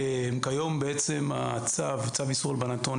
כיום צו איסור הלבנת הון,